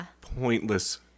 pointless